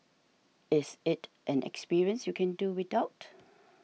is it an experience you can do without